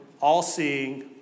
all-seeing